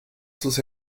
sus